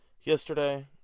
yesterday